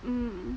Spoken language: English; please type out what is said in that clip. mm